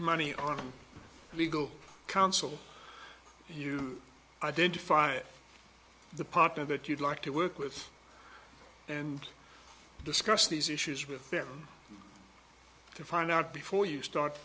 money on legal counsel you identify the partner that you'd like to work with and discuss these issues with them to find out before you start